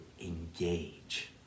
engage